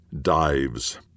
dives